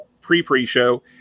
pre-pre-show